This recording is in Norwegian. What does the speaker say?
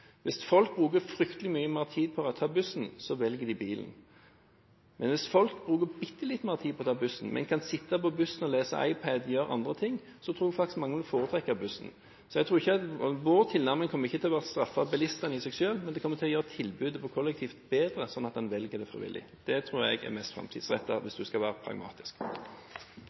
Hvis folk bruker fryktelig mye mer tid på å ta bussen, velger de bilen. Men hvis folk bruker bitte litt mer tid på å ta bussen, men kan sitte på bussen og lese iPad og gjøre andre ting, tror jeg faktisk mange vil foretrekke bussen. Vår tilnærming kommer ikke til å være å straffe bilistene i seg selv, men den kommer til å gjøre tilbudet til kollektivt bedre, slik at en velger det frivillig. Det tror jeg er mest framtidsrettet hvis vi skal være